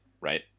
right